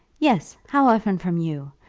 yes how often from you?